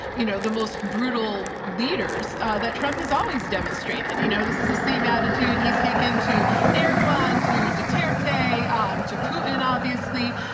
you know, the most brutal leaders that trump has always demonstrated. you know, this is the same attitude he's taken to erduan, to duterte um to putin, and obviously,